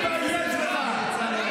תתבייש לך.